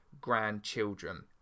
grandchildren